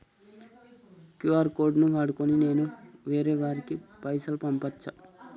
QR code ను వాడుకొని నేను వేరే వారికి పైసలు పంపచ్చా?